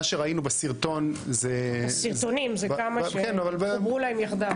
מה שראינו בסרטון זה --- זה כמה סרטונים שחוברו יחדיו.